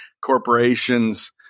corporations